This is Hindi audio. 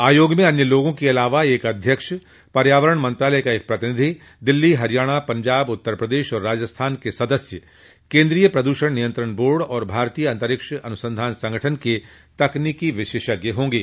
आयोग में अन्य लोगों के अलावा एक अध्यक्ष पर्यावरण मंत्रालय का एक प्रतिनिधि दिल्ली हरियाणा पंजाब उत्तर प्रदेश और राजस्थान के सदस्य केन्द्रीय प्रदूषण नियंत्रण बोर्ड तथा भारतीय अंतरिक्ष अनुसंधान संगठन के तकनीकी विशेषज्ञ होंगे